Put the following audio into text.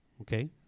okay